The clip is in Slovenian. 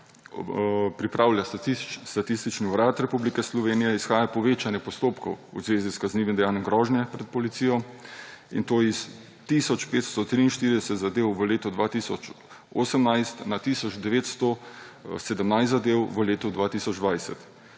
pripravlja Statistični urad Republike Slovenije, izhaja povečanje postopkov v zvezi s kaznivim dejanjem grožnje pred policijo, in to s tisoč 543 zadev v letu 2018 na tisoč 917 zadev v letu 2020.